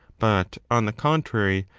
but on the contrary,